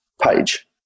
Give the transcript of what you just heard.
page